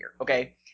Okay